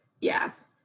yes